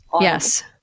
Yes